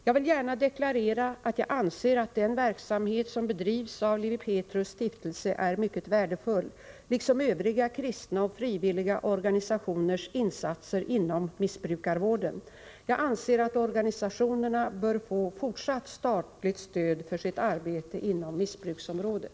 Jag vill gärna deklarera att jag anser att den verksamhet som bedrivs av Lewi Petrus stiftelse är mycket värdefull — liksom övriga kristna och frivilliga organisationers insatser inom missbrukarvården. Jag anser att organisationerna bör få fortsatt statligt stöd för sitt arbete inom missbruksområdet.